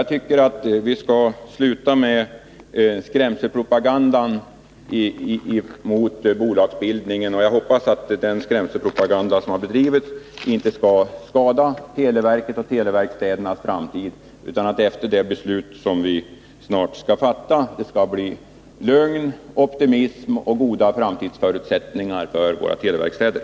Jag tycker att ni skall sluta med skrämselpropagandan mot bolagsbildningen. Jag hoppas att den skrämselpropaganda som har bedrivits inte skall skada televerket och televerkstädernas framtid. Efter det beslut som vi snart kommer att fatta hoppas jag att det blir lugn, optimism och goda framtidsförutsättningar för våra televerkstäder.